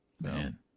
Man